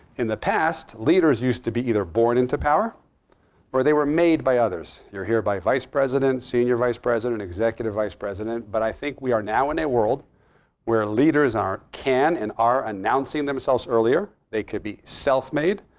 in the past, leaders used to be either born into power or they were made by others. you're hereby vice president, senior vice president, executive vice president. but i think we are now in a world where leaders can and are announcing themselves earlier. they could be self-made.